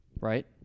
Right